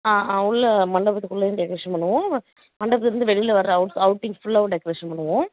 ஆ ஆ உள்ளே மண்டபத்துக்குள்ளேயும் டெக்ரேஷன் பண்ணுவோம் மண்டபத்திலேர்ந்து வெளியில் வர அவுட்டிங்ஸ் ஃபுல்லாவே டெக்ரேஷன் பண்ணுவோம்